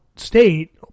State